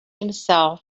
himself